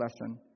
lesson